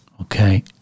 Okay